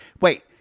Wait